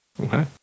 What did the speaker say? Okay